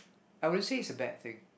I wouldn't say it's a bad thing